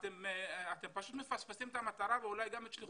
אתם פשוט מפספסים את המטרה ואולי גם את שליחותכם.